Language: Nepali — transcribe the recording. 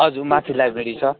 हजुर माथि लाइब्रेरी छ